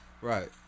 Right